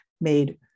made